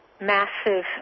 massive